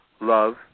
love